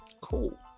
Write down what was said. Cool